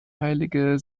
heilige